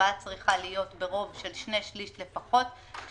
ההצבעה צריכה להיות ברוב של שני שליש לפחות מחברי הוועדה,